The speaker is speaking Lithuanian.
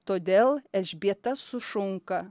todėl elžbieta sušunka